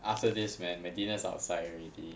after this man my dinner's outside already